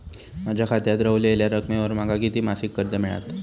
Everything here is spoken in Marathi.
माझ्या खात्यात रव्हलेल्या रकमेवर माका किती मासिक कर्ज मिळात?